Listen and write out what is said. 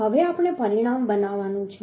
હવે આપણે પરિણામ બનાવવાનું છે